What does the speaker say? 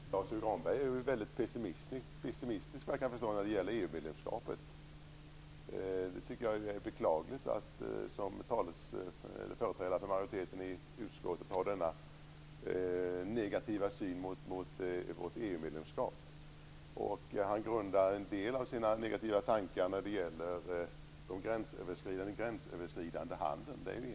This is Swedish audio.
Fru talman! Lars U Granberg är såvitt jag kan förstå mycket pessimistisk när det gäller EU medlemskapet. Jag tycker att det är beklagligt att en företrädare för majoriteten i utskottet har denna negativa syn på vårt EU-medlemskap. Han grundar en del av sina negativa tankar på den gränsöverskridande handeln.